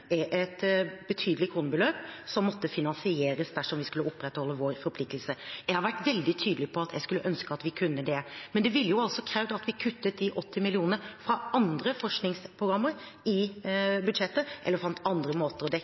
et betydelig kronebeløp som måtte finansieres dersom vi skulle opprettholde vår forpliktelse. Jeg har vært veldig tydelig på at jeg skulle ønske at vi kunne det, men det ville krevd at vi kuttet de 80 mill. kr fra andre forskningsprogrammer i budsjettet eller fant andre måter å dekke